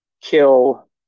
kill